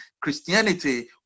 christianity